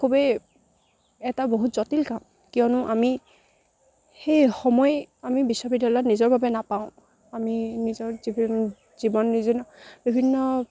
খুবেই এটা বহুত জটিল কাম কিয়নো আমি সেই সময় আমি বিশ্ববিদ্যালয়ত নিজৰ বাবে নাপাওঁ আমি নিজৰ জীৱেন জীৱন নিজৰ বিভিন্ন